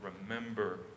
Remember